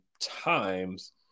Times